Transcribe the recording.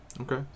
okay